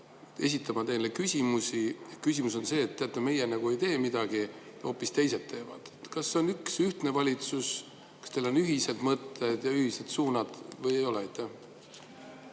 esitama teile küsimusi ja [teie vastus] on see, et teate, meie ei tee midagi, hoopis teised teevad. Kas on üks ja ühtne valitsus? Kas teil on ühised mõtted ja ühised suunad või ei ole?